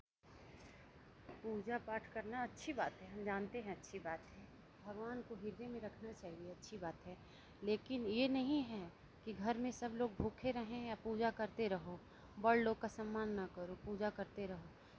पूजा पाठ करना अच्छी बात है हम जानते हैं अच्छी बात है भगवान को ह्रदय में रखना चाहिए अच्छी बात है लेकिन ये नहीं है कि घर में सब लोग भूखे रहें या पूजा करते रहो बड़े लोग का सम्मान ना करो पूजा करते रहो